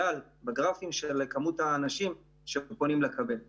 גל של אנשים שפונים לקבל עזרה.